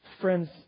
Friends